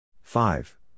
five